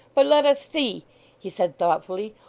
but let us see he said, thoughtfully.